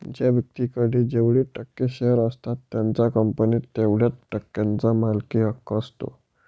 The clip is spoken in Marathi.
ज्या व्यक्तीकडे जेवढे टक्के शेअर असतात त्याचा कंपनीत तेवढया टक्क्यांचा मालकी हक्क असतो